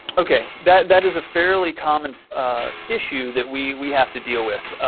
ok, that that is a fairly common issue that we we have to deal with.